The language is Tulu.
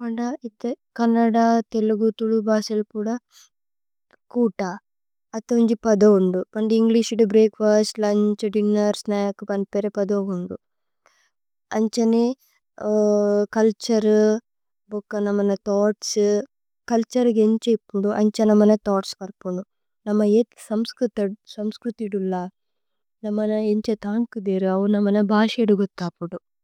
പോന്ദ। ഇഥേ കന്നദ, തേലുഗു, തുലു ബാസേല। പുദ കൂത। അഥ ഉന്ജി പദ ഉന്ദു പോന്ദ। ഏന്ഗ്ലിശ് ഇദു ബ്രേഅക്ഫസ്ത്, ലുന്ഛ്, ദിന്നേര്। സ്നച്ക് പന്പേരേ പദ ഉന്ദു അന്ഛനേ ചുല്തുരേ। ബുക്ക നമന ഥോഉഘ്ത്സ്। ഛുല്തുരേ ഇക്ക ഇന്ഛ ഇപ്പോന്ദു അന്ഛനേ। നമന ഥോഉഘ്ത്സ് പര്പോന്ദു നമ ഇഥേ। സമ്സ്ക്രുതി ഇദുല നമന ഇന്ഛ ഥാന്കു। ദേരു ഔ നമന ബാശേ ഇദു ഗോഥ പോദു।